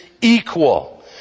equal